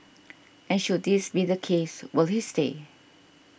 and should this be the case will they stay